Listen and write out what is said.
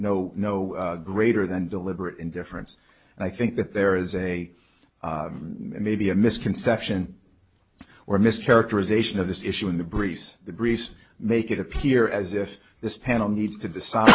no no greater than deliberate indifference and i think that there is a maybe a misconception or mischaracterization of this issue in the breeze the breeze make it appear as if this panel needs to decide